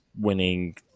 winning